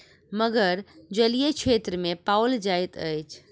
मगर जलीय क्षेत्र में पाओल जाइत अछि